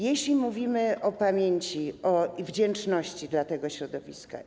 Jeśli mówimy o pamięci, o wdzięczności dla tego środowiska.